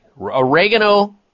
Oregano